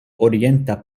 orienta